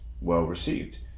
well-received